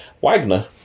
Wagner